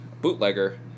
bootlegger